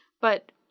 But-